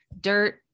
Dirt